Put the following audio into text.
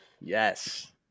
Yes